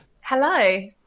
Hello